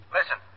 Listen